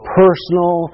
personal